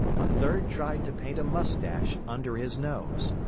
a third tried to paint a mustache under his nose.